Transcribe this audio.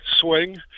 swing